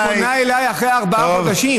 היא פונה אליי אחרי ארבעה חודשים.